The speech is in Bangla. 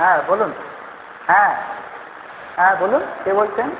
হ্যাঁ বলুন হ্যাঁ হ্যাঁ বলুন কে বলছেন